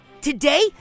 Today